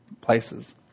places